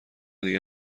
دیگه